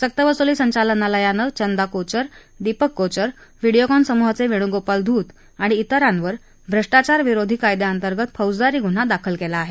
सक्तव्सुली संचालनालयानं चंदा कोचर दिपक कोचर व्हिडिओकॉन समूहाचे वेणू गोपल धूत आणि तिरांवर भ्रष्टाचार विरोधी कायद्या अंतर्गत फौजदारी गुन्हा दाखल केला आहे